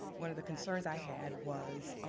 one of the concerns i had was